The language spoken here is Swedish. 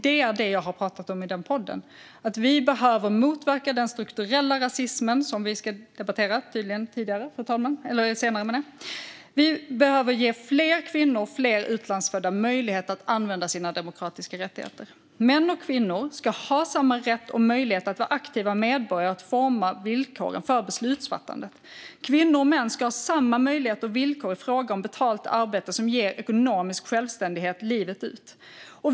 Det är vad jag har pratat om i den podden. Vi behöver motverka den strukturella rasismen, som vi tydligen ska debattera senare, och vi behöver ge fler kvinnor och fler utlandsfödda möjlighet att använda sina demokratiska rättigheter. Män och kvinnor ska ha samma rätt och möjligheter att vara aktiva medborgare och forma villkoren för beslutsfattande. Kvinnor och män ska ha samma möjligheter och villkor i frågor om betalt arbete som ger ekonomisk självständighet livet ut.